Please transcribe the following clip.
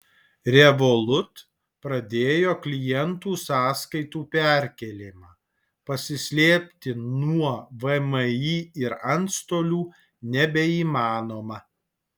revolut pradėjo klientų sąskaitų perkėlimą pasislėpti nuo vmi ir antstolių nebeįmanoma